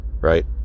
right